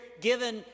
given